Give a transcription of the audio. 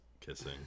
kissing